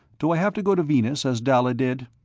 do i have to go to venus, as dalla did?